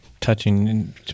touching